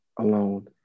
alone